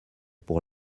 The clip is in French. pour